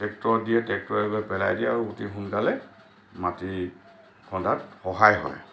ট্ৰেক্টৰক দিয়ে ট্ৰেক্টৰে গৈ পেলাই দিয়ে আৰু অতি সোনকালে মাটি খন্দাত সহায় হয়